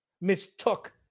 mistook